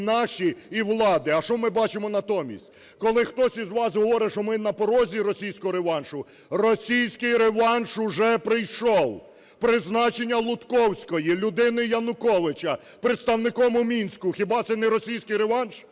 і наші, і влади. А що ми бачимо натомість? Коли хтось із вас говорить, що ми на порозі російського реваншу, російський реванш уже прийшов. ПризначенняЛутковської, людини Януковича, представником у Мінську – хіба це не російський реванш?